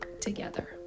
together